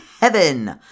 Heaven